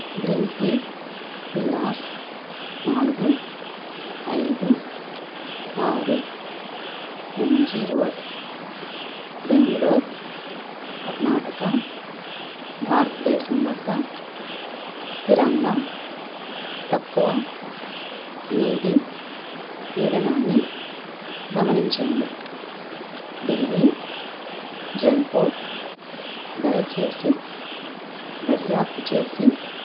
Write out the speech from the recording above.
greenfield Villas నాలుగు ఐదు ఆరు ఎంజీ రోడ్ బెంగ్ళూరు కర్ణాటక భారతదేశం వద్ద స్థిరంగా తక్కువ నీటి పీడనాన్ని గమనించండి ఢిల్లీ జల్ బోర్డ్ దయచేసి దర్యాప్తు చేసి